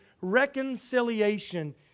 reconciliation